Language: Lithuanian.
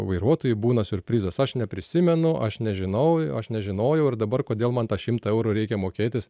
vairuotojui būna siurprizas aš neprisimenu aš nežinau aš nežinojau ir dabar kodėl man tą šimtą eurų reikia mokėti